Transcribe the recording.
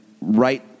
right